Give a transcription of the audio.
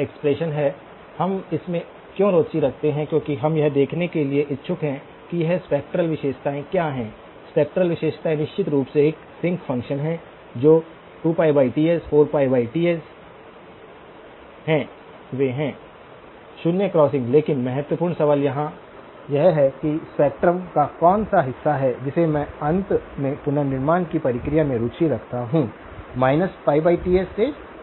expression है हम इसमें क्यों रुचि रखते हैं क्योंकि हम यह देखने के लिए इच्छुक हैं कि यह स्पेक्ट्रल विशेषताएं क्या हैं स्पेक्ट्रल विशेषताएं निश्चित रूप से एक सिंक फ़ंक्शन है जो 2πTs 4πTs वे हैं शून्य क्रॉसिंग लेकिन महत्वपूर्ण सवाल यहां है कि स्पेक्ट्रम का कौन सा हिस्सा है जिसे मैं अंत में पुनर्निर्माण की प्रक्रिया में रुचि रखता हूं Ts से Ts तक